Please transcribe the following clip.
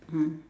mm